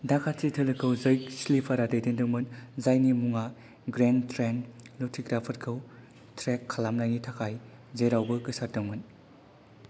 डाखाथि दोलोखौ जैक स्लिपारआ दैदेनदोंमोन जायनि मुङा ग्रेन्ट ट्रेन्ट लुथिग्राफोरखौ ट्रेक खालामनायनि थाखाय जेरावबो गोसारदोंमोन